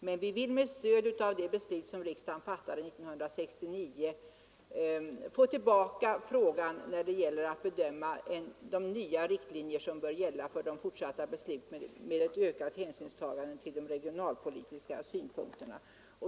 Men vi vill med stöd av det beslut som riksdagen fattade 1969 få tillbaka frågan när det gäller att bedöma de modifierade riktlinjer som bör gälla för de fortsatta besluten med ett ökat hänsynstagande till de regionalpolitiska synpunkterna.